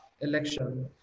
election